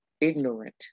ignorant